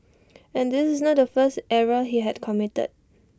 and this is not the first error that he had committed